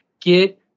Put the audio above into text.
Get